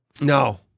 No